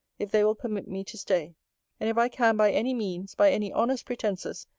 if they will permit me to stay and if i can, by any means, by any honest pretences,